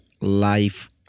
life